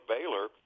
Baylor